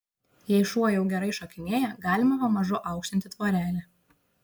jei šuo jau gerai šokinėja galima pamažu aukštinti tvorelę